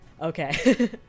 Okay